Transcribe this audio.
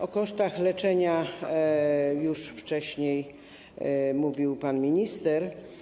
O kosztach leczenia już wcześniej mówił pan minister.